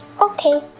Okay